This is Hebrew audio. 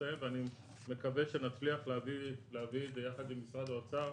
ואני מקווה שנצליח ביחד עם משרד האוצר